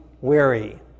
weary